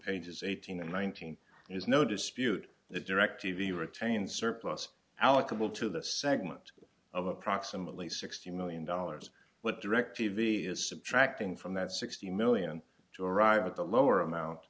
pages eighteen and nineteen there's no dispute that directv retains surplus allocable to the segment of approximately sixty million dollars what directv is subtracting from that sixty million to arrive at the lower amount